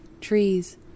trees